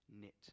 knit